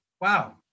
wow